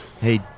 Hey